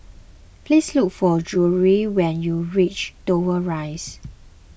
please look for Jewell when you reach Dover Rise